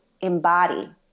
embody